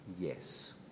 Yes